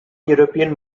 european